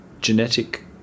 genetic